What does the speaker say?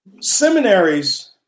Seminaries